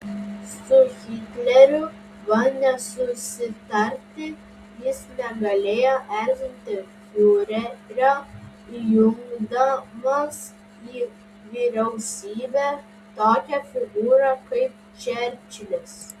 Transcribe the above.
su hitleriu bandė susitarti jis negalėjo erzinti fiurerio įjungdamas į vyriausybę tokią figūrą kaip čerčilis